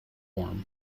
warm